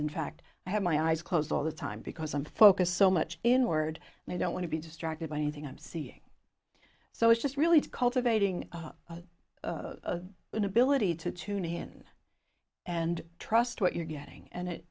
in fact i have my eyes closed all the time because i'm focused so much in word and i don't want to be distracted by anything i'm seeing so it's just really cultivating an ability to tune in and trust what you're getting and it